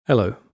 Hello